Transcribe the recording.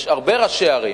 יש הרבה ראשי ערים